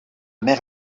mer